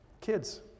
Kids